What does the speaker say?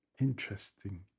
Interesting